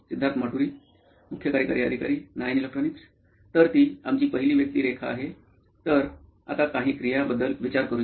सिद्धार्थ माटुरी मुख्य कार्यकारी अधिकारी नॉइन इलेक्ट्रॉनिक्स तर ती आमची पहिली व्यक्तिरेखा आहे तर आता काही क्रियांबद्दल विचार करू या